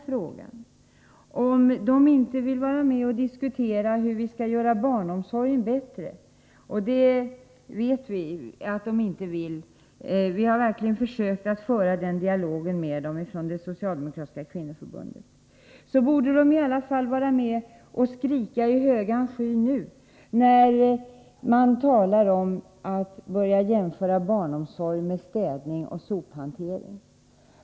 Vill de som tillhör denna opinion inte vara med och diskutera hur vi skall göra barnomsorgen bättre — och vi vet att de inte vill det; vi har verkligen från det socialdemokratiska kvinnoförbundets sida försökt föra en dialog med dem — borde de i alla fall vara med och skrika i högan sky nu när man talar om att börja jämföra barnomsorg med städning och sophantering.